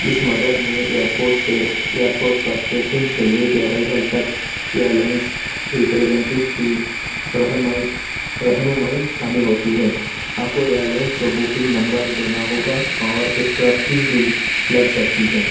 اس مدد میں airport سے ایئر پورٹ پر چیک ان سے لے کے ارائیول تک ایئر لائنس ریپریزینٹیو کی رہنمائی رہنمائی شامل ہوتی ہے آپ کو ایئر لائنس کو بکنگ نمبر دینا ہوگا اور ایکسٹرا فیس بھی لگ سکتی ہے